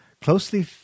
closely